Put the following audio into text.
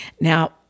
Now